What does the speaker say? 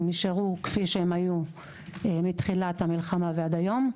הן נשארנו כשהיו מתחילת המלחמה עד היום.